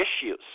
issues